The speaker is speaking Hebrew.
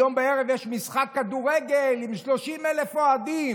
היום בערב יש משחק כדורגל עם 30,000 אוהדים,